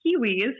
kiwis